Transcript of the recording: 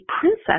princess